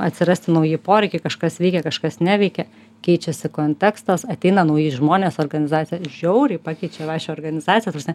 atsirasti nauji poreikiai kažkas veikia kažkas neveikia keičiasi kontekstas ateina nauji žmonės organizaciją žiauriai pakeičia pačią organizaciją ta prasme